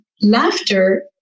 laughter